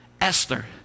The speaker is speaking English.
Esther